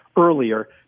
earlier